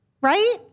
right